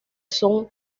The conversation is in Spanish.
son